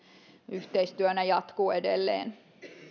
jatkuu edelleen